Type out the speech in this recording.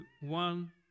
one